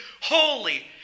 holy